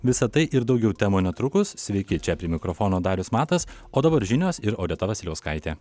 visa tai ir daugiau temų netrukus sveiki čia prie mikrofono darius matas o dabar žinios ir odeta vasiliauskaitė